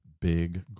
big